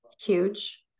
huge